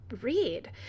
read